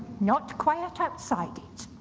not quiet outside it.